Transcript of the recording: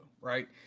right